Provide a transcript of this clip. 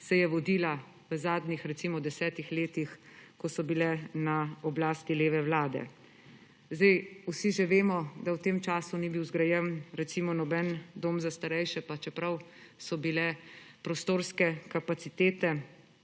se je vodila v zadnjih recimo 10-ih letih, ko so bile na oblasti leve vlade. Zdaj vsi že vemo, da v tem času ni bil zgrajen recimo noben dom za starejše, pa čeprav so prostorske kapacitete